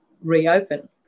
reopen